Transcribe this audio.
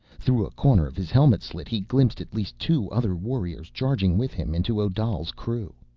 through a corner of his helmet-slit he glimpsed at least two other warriors charging with him into odal's crew.